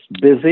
busy